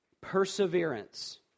Perseverance